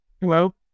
Hello